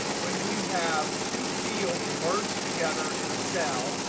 when we have two fields merged together in a cell,